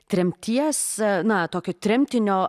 tremties na tokio tremtinio